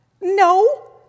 No